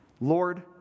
Lord